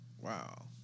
Wow